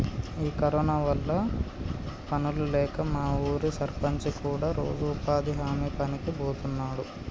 ఈ కరోనా వల్ల పనులు లేక మా ఊరి సర్పంచి కూడా రోజు ఉపాధి హామీ పనికి బోతున్నాడు